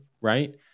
right